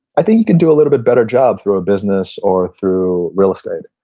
i think you can do a little bit better job through a business or through real estate.